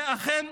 זה אכן מכובד.